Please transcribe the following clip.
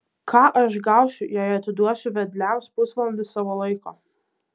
ką aš gausiu jei atiduosiu vedliams pusvalandį savo laiko